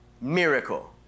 Miracle